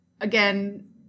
again